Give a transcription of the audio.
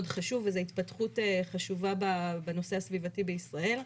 מאוד חשוב וזו התפתחות חשובה בנושא הסביבתי בישראל,